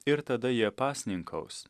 ir tada jie pasninkaus